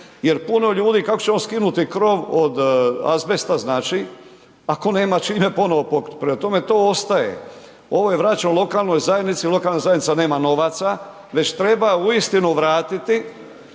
jer puno ljudi, kako će on skinuti krov od azbesta ako nema čime ponovo pokriti. Prema tome to ostaje, ovaj vraća lokalnoj zajednici, lokalna zajednica nema novaca već treba uistinu vratiti